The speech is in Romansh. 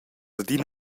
adina